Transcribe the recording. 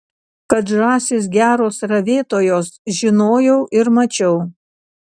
kad žąsys geros ravėtojos žinojau ir mačiau